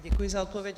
Děkuji za odpověď.